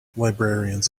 librarians